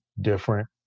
different